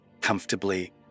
comfortably